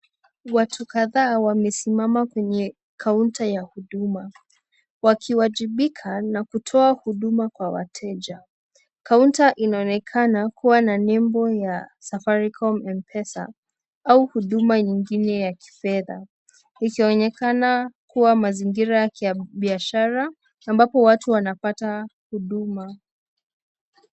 Watu kadhaa wamesimama kwenye kauta ya huduma .Wakiajibika na kutoa huduma kwa teja, kauta inaonekana kuwa na label ya Safaricom M-pesa au huduma ingine ya kifedha, ikionekana kuwa mazingira yake ya biashara ambapo watu wanapata huduma.